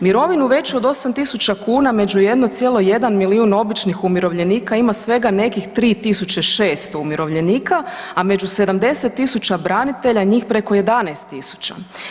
Mirovinu veću od 8.000 kuna među 1,1 milijun običnih umirovljenika ima svega nekih 3.600 umirovljenika, a među 70.000 branitelja njih preko 11.000.